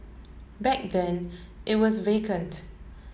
back then it was vacant